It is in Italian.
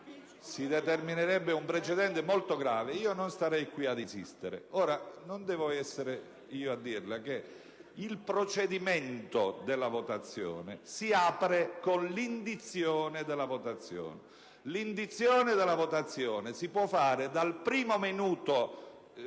si determinerebbe un precedente molto grave, non starei qui ad insistere. Non devo essere io a dirle che il procedimento della votazione si apre con l'indizione della votazione, che si può fare dal primo minuto